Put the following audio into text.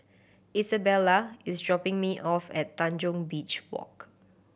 Isabella is dropping me off at Tanjong Beach Walk